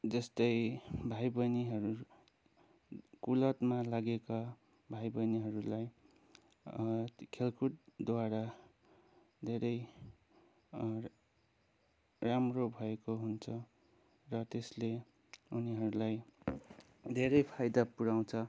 जस्तै भाइ बहिनीहरू कुलतमा लागेका भाइ बहिनीहरूलाई खेलकुदद्वारा धेरै राम्रो भएको हुन्छ र त्यसले उनीहरूलाई धेरै फाइदा पुऱ्याउँछ